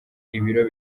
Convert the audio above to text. ibiro